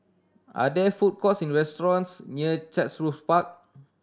are there food courts in restaurants near Chatsworth Park